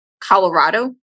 Colorado